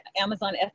Amazon